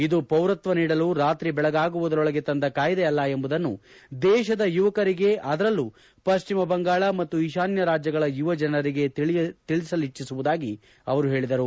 ಇದು ಪೌರತ್ವ ನೀಡಲು ರಾತ್ರಿ ಬೆಳಗಾಗುವುದರೊಳಗೆ ತಂದ ಕಾಯಿದೆ ಅಲ್ಲ ಎಂಬುದನ್ನು ದೇಶದ ಯುವಕರಿಗೆ ಅದರಲ್ಲೂ ಪಶ್ಚಿಮ ಬಂಗಾಳ ಮತ್ತು ಈಶಾನ್ಯ ರಾಜ್ಯಗಳ ಯುವಜನರಿಗೆ ತಿಳಸಲಿಟ್ಟಿಸುವುದಾಗಿ ಹೇಳದರು